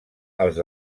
els